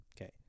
Okay